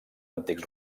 antics